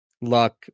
Luck